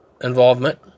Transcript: involvement